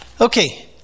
Okay